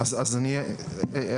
אז אני אשיב,